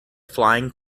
flying